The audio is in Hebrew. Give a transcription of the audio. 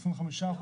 25%,